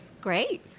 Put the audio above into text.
Great